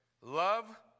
love